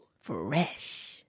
Fresh